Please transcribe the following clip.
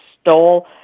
stole –